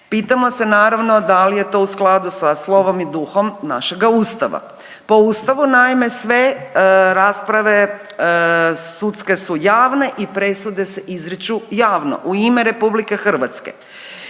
Pitamo se naravno, da li je to u skladu sa slovom i duhom našega Ustava. Po Ustavu naime, sve rasprave sudske su javne i presude se izriču javno, u ime Republike Hrvatske